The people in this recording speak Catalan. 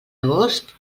agost